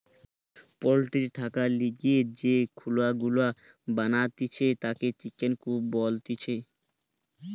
poultry থাকার লিগে যে খুলা গুলা বানাতিছে তাকে চিকেন কূপ বলতিছে